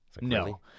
No